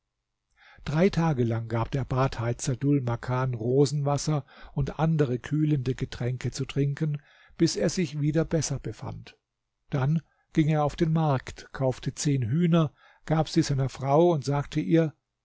drei tage lang gab der badheizer dhul makan rosenwasser und andere kühlende getränke zu trinken bis er sich wieder besser befand dann ging er auf den markt kaufte zehn hühner gab sie seiner frau und sagte ihr